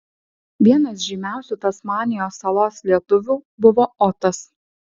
vienas žymiausių tasmanijos salos lietuvių buvo otas